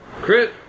Crit